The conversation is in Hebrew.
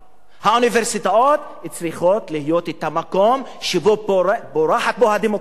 האוניברסיטאות צריכות להיות המקום שבו פורחת הדמוקרטיה,